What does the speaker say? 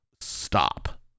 stop